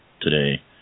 today